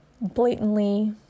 blatantly